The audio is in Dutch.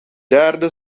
derde